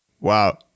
Wow